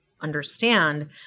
understand